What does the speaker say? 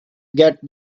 get